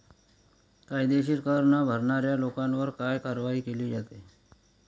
कायदेशीर कर न भरणाऱ्या लोकांवर काय कारवाई केली जाते?